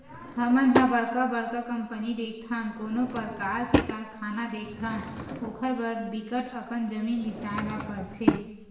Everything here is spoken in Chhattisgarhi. हमन ह बड़का बड़का कंपनी देखथन, कोनो परकार के कारखाना देखथन ओखर बर बिकट अकन जमीन बिसाए ल परथे